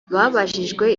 babajijwe